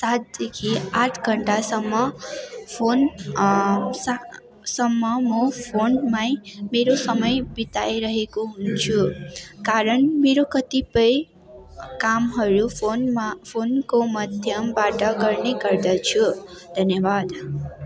सातदेखि आठ घन्टासम्म फोन सातसम्म म फोनमै मेरो समय बिताइरहेको हुन्छु कारण मेरो कतिपय कामहरू फोनमा फोनको माध्यमबाट गर्ने गर्दछु धन्यवाद